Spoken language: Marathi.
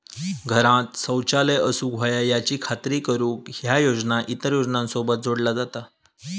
घरांत शौचालय असूक व्हया याची खात्री करुक ह्या योजना इतर योजनांसोबत जोडला जाता